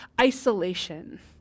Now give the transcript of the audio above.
isolation